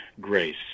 grace